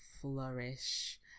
flourish